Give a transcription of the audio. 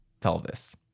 pelvis